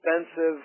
expensive